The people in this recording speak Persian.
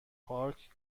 پارک